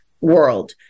world